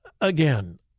again